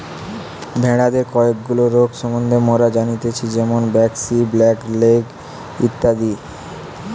ভেড়াদের কয়েকগুলা রোগ সম্বন্ধে মোরা জানতেচ্ছি যেরম ব্র্যাক্সি, ব্ল্যাক লেগ ইত্যাদি